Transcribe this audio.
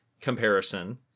comparison